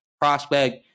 prospect